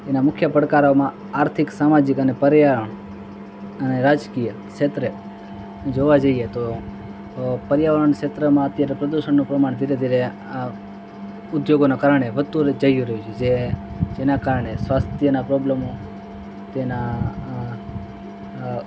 એના મુખ્ય પડકારોમાં આર્થિક સામાજિક અને પર્યાવરણ અને રાજકીય ક્ષેત્રે જોવા જઈએ તો પર્યાવરણ ક્ષેત્રમાં અત્યારે પ્રદુષણનું પ્રમાણ ધીરે ધીરે ઉધોગોના કારણે વધતું જઈ રહ્યું છે જે જેના કારણે સ્વાસ્થ્યના પ્રોબલમો તેના